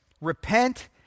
Repent